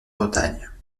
bretagne